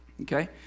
Okay